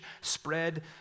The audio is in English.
spread